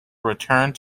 returned